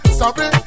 sorry